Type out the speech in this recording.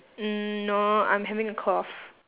no I'm having a cough